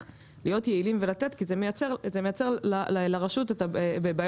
להיות יעילים ולתת כי זה אחר כך מייצר לרשות בעיות.